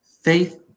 Faith